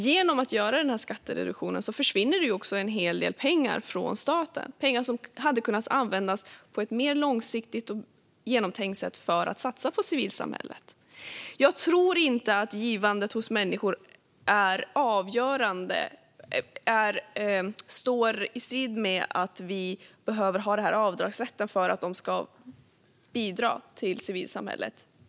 Genom en sådan här skattereduktion försvinner det också en hel del pengar från staten, pengar som hade kunnat användas på ett mer långsiktigt och genomtänkt sätt för att satsa på civilsamhället. Jag tror inte att vi behöver ha den här avdragsrätten för att människor ska bidra till civilsamhället.